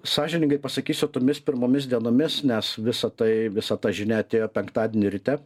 sąžiningai pasakysiu tomis pirmomis dienomis nes visa tai visa ta žinia atėjo penktadienį ryte